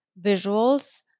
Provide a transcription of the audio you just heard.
visuals